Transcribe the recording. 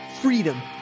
freedom